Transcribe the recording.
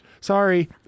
sorry